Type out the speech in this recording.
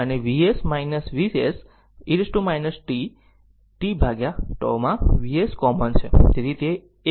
તેથી તે 1 e ની પાવર e t tτ હશે